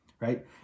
right